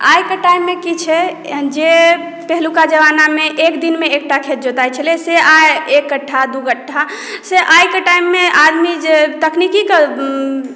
आइ के टाइम मे की छै जे पहिलुका जमाना मे एक दिन मे एकटा खेत जोताइ छलै से आइ एक कठ्ठा दू कठ्ठा से आइ के टाइम मे आदमी जे तकनिकी के